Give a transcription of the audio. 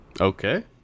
Okay